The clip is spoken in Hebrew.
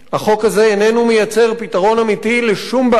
החוק הזה איננו מייצר פתרון אמיתי לשום בעיה.